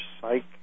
psych